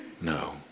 no